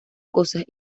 cosas